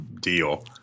deal